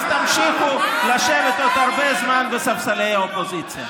אז תמשיכו לשבת עוד הרבה זמן בספסלי האופוזיציה.